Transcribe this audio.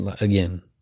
again